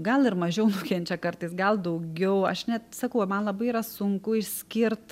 gal ir mažiau nukenčia kartais gal daugiau aš net sakau man labai yra sunku išskirt